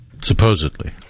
Supposedly